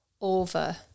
over